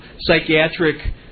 psychiatric